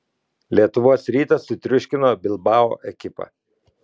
lietuvos rytas sutriuškino bilbao ekipą